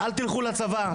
אל תלכו לצבא,